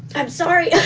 i'm sorry.